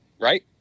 right